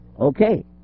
Okay